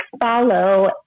follow